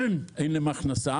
אין הכנסה